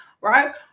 Right